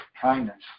kindness